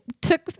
took